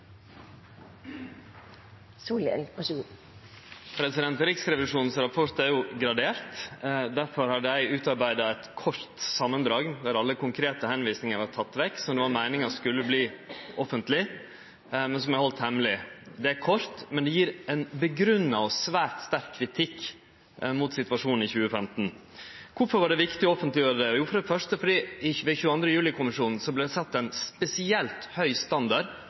Riksrevisjonens rapport er gradert. Difor har dei utarbeidd eit kort samandrag der alle konkrete tilvisingar var tekne vekk, som det var meininga skulle verte offentlege, men som er haldne hemmelege. Det er kort, men det gjev ein grunngjeven og svært sterk kritikk av situasjonen i 2015. Kvifor var det viktig å offentleggjere det? Jo, det var for det første fordi med 22. juli-kommisjonen vart det sett ein spesielt høg standard